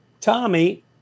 Tommy